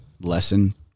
lesson